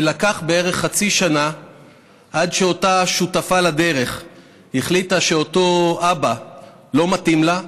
לקח בערך חצי שנה עד שאותה שותפה לדרך החליטה שאותו אבא לא מתאים לה,